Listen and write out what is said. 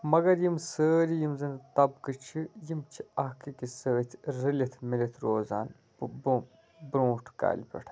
مگر یِم سٲری یِم زَن طبقہ چھِ یِم چھِ اَکھ أکِس سۭتۍ رٔلِتھ مِلِتھ روزان برو برونٹھ کالہِ پٮ۪ٹھے